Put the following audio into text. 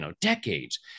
decades